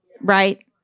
Right